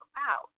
wow